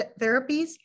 therapies